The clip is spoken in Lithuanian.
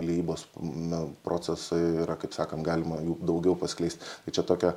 liejybos na procesai yra kaip sakant galima jų daugiau paskleist tai čia tokia